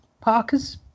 Parkers